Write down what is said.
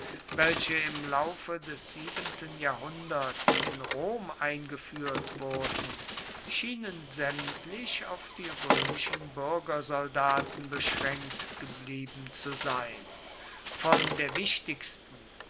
welche im laufe des siebenten jahrhunderts in rom eingeführt wurden scheinen sämtlich auf die römischen bürgersoldaten beschränkt geblieben zu sein von der wichtigsten